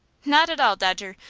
not at all, dodger.